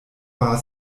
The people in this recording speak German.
war